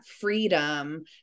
freedom